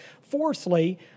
fourthly